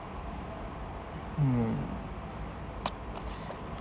hmm